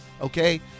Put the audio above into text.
Okay